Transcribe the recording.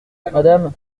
madame